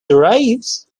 arrives